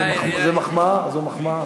זה מחמאה.